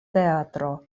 teatro